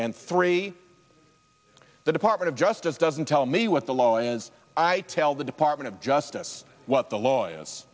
and three the department of justice doesn't tell me what the law is i tell the department of justice what the law